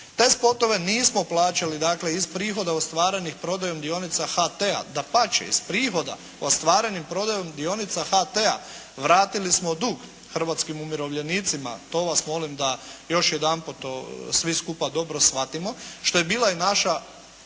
Te spotove nismo plaćali iz prihoda ostvarenih prodajom dionica HT-a. Dapače, iz prihoda ostvarenim prodajom dionica HT-a vratili smo dug hrvatskim umirovljenicima, to vas molim da još jedanput svi skupa dobro shvatimo, što je bila i naša